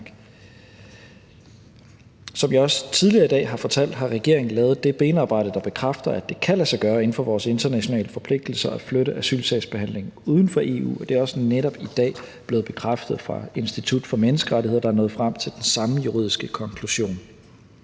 Som jeg også tidligere i dag har fortalt, har regeringen lavet det benarbejde, der bekræfter, at det kan lade sig gøre inden for vores internationale forpligtelser at flytte asylsagsbehandlingen uden for EU, og det er også netop i dag blevet bekræftet fra Institut for Menneskerettigheder, der er nået frem til den samme juridiske konklusion.